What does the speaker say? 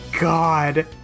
God